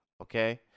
Okay